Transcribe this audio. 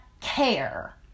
care